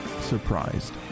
surprised